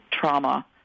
trauma